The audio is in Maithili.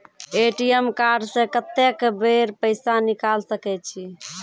ए.टी.एम कार्ड से कत्तेक बेर पैसा निकाल सके छी?